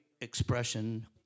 expression